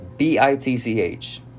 B-I-T-C-H